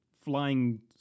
flying